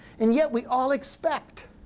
and yet we all expect